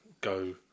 go